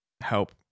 help